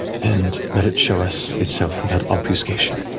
and let it show us itself without obfuscation.